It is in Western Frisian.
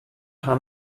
har